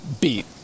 beat